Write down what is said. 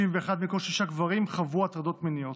ואחד מכל שישה גברים חוו הטרדות מיניות.